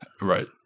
Right